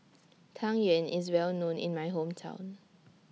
Tang Yuen IS Well known in My Hometown